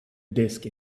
disk